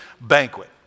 banquet